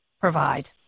provide